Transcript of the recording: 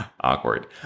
Awkward